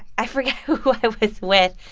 i forget who i was with.